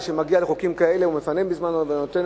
כשמגיעים לחוקים כאלה הוא מפנה מזמנו ונותן